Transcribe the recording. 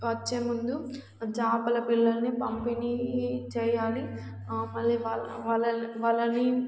వచ్చే ముందు చాపల పిల్లల్ని పంపిణీ చేయాలి మళ్ళీ వాళ్ళ వలని